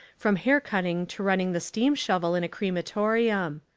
from hair-cutting to running the steam shovel in a crematorium.